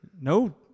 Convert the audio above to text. no